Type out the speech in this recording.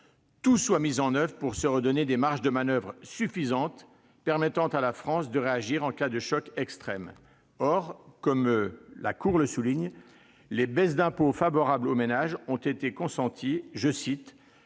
tout soit mis en oeuvre pour se redonner des marges de manoeuvre suffisantes permettant à la France de réagir en cas de chocs externes. Or, comme la Cour le souligne, les baisses d'impôt, favorables aux ménages, ont été consenties « sans